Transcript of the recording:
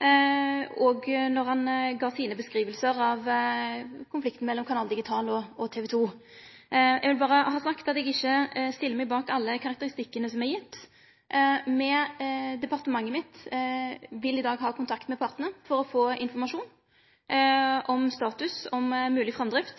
vil berre ha sagt at eg ikkje stiller meg bak alle karakteristikkane som er gjeve. Departementet mitt vil i dag ha kontakt med partane for å få informasjon om status – om mogleg framdrift.